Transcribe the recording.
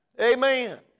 amen